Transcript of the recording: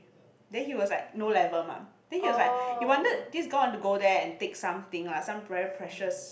then he was like no level mark then he was like he wanted this god want to go there and take something lah some very precious